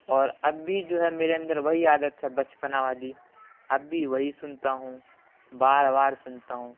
اور اب بھی جو ہے میرے اندر وہی عادت ہے بچپنا والی اب بھی وہی سنتا ہوں بار بار سنتا ہوں